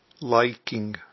liking